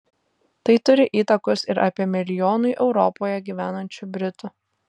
tai turi įtakos ir apie milijonui europoje gyvenančių britų